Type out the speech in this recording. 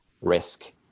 risk